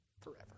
forever